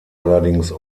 allerdings